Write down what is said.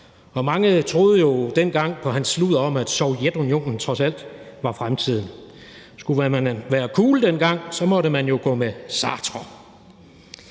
og mange troede jo dengang på hans sludder om, at Sovjetunionen trods alt var fremtiden. Skulle man dengang være cool, måtte man jo gå med Sartre.